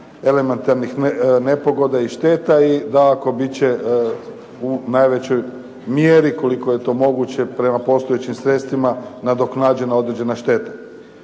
elementarnih nepogoda i šteta da ako bit će u najvećoj mjeri koliko je to moguće prema postojećim sredstvima nadoknađena određena šteta.